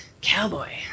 cowboy